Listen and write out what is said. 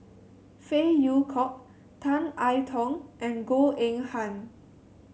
Phey Yew Kok Tan I Tong and Goh Eng Han